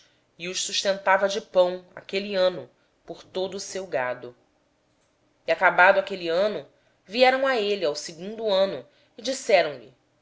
e os sustentou de pão aquele ano em troca de todo o seu gado findo aquele ano vieram a josé no ano seguinte e disseram-lhe